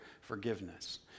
forgiveness